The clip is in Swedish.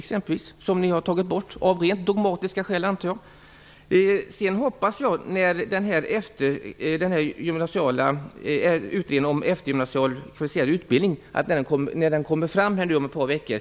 Detta har ni tyvärr tagit bort av rent dogmatiska skäl, antar jag. Jag hoppas att man verkligen tar tag i frågan när nu utredningen om eftergymnasial kvalificerad utbildning kommer om ett par veckor.